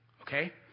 okay